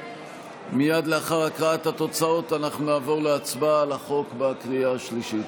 מייד לאחר הקראת התוצאות אנחנו נעבור להצבעה על החוק בקריאה השלישית.